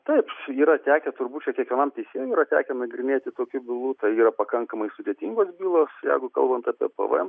taip yra tekę turbūt čia kiekvienam teisėjui yra tekę nagrinėti tokių bylų tai yra pakankamai sudėtingos bylos jeigu kalbant apie pvm